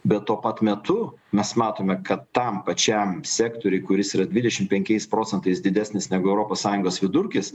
bet tuo pat metu mes matome kad tam pačiam sektoriui kuris yra dvidešim penkiais procentais didesnis negu europos sąjungos vidurkis